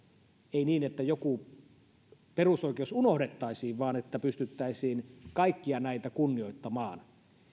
ei olisi niin että joku perusoikeus unohdettaisiin vaan pystyttäisiin kaikkia näitä kunnioittamaan